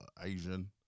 Asian